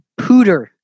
pooter